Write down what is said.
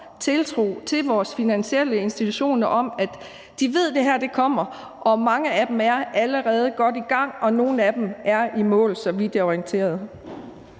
tiltro til vores finansielle institutioner. De ved, at det her kommer. Mange af dem er allerede godt i gang, og nogle af dem er i mål, så vidt jeg er orienteret.